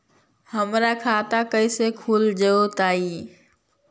हमर खाता कैसे खुल जोताई?